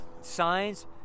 signs